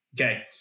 okay